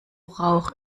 rauch